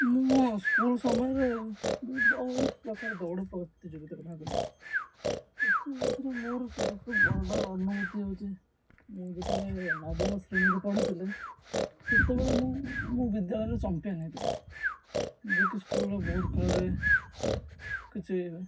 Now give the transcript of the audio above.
ମୁଁ ମୋ ସ୍କୁଲ ସମୟରେ ମୁଁ ବହୁତ ପ୍ରକାର ଦୌଡ଼ ପ୍ରତିଯୋଗିତାରେ ଭାଗ ନେଇଛି ଏଥିମଧ୍ୟରେ ମୋର ସବୁଠାରୁ ବଡ଼ ଅନୁଭୂତି ହେଉଛି ମୁଁ ଯେତେବେଳେ ନବମ ଶ୍ରେଣୀରେ ପଢ଼ୁଥିଲି ସେତେବେଳେ ମୁଁ ମୋ ବିଦ୍ୟାଳୟରେ ଚମ୍ପିୟନ ହୋଇଥିଲି ଯେ କିି ସ୍କୁଲରେ ବହୁତ ଖେଳରେ କିଛି